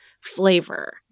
flavor